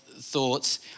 thoughts